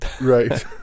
Right